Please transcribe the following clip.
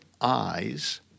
eyes